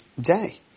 day